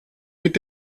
mit